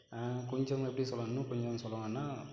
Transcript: கொஞ்சம்னு எப்படி சொல்லணும் கொஞ்சம்னு சொல்லணும்னால்